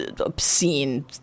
obscene